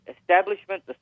establishment